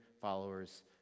followers